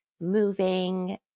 moving